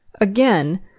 Again